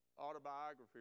autobiography